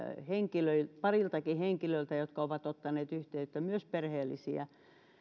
pariltakin henkilöltä jotka ovat ottaneet yhteyttä myös perheellisiä